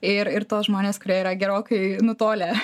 ir ir tuos žmones kurie yra gerokai nutolę